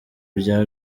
bya